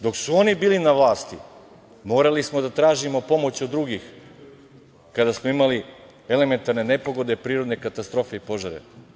Dok su oni bili na vlasti morali smo da tražimo pomoć od drugih kada smo imali elementarne nepogode, prirodne katastrofe i požare.